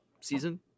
season